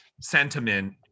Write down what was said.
sentiment